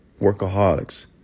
workaholics